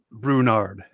Brunard